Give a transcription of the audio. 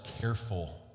careful